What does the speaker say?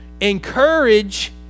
encourage